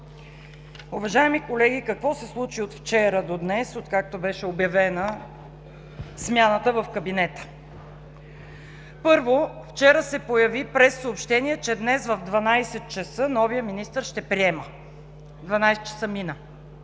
Уважаеми колеги, какво се случи от вчера до днес, откакто беше обявена смяната в кабинета? Първо, вчера се появи прессъобщение, че днес в 12,00 ч. новият министър ще приема. 12,00 ч. мина.